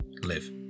live